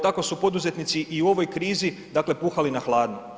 Tako su poduzetnici i u ovoj krizi, dakle, puhali na hladno.